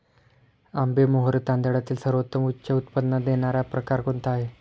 आंबेमोहोर तांदळातील सर्वोत्तम उच्च उत्पन्न देणारा प्रकार कोणता आहे?